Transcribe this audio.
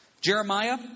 Jeremiah